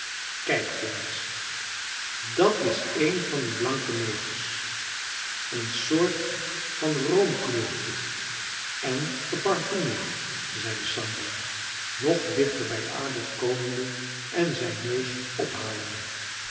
kijkt jongens dat is een van die blanke negers eene soort van roomkleurtje en geparfumeerd zeide sambo nog dichter bij adolf komende en zijn neus ophalende